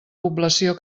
població